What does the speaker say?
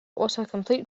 autocomplete